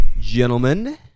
Gentlemen